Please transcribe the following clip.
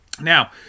Now